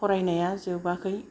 फरायनाया जोबाखै